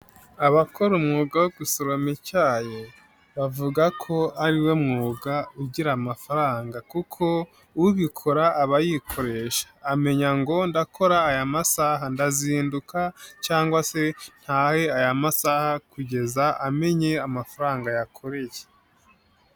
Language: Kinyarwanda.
Abakora umwuga wo gushoromo icyayi, bavuga ko ariwe mwuga ugira amafaranga, kuko ubikora abayikoresha amenya ngo ndakora aya masaha, ndazinduka cyangwa se ntahe aya masaha, kugira ngo amenye amafaranga yakoreye.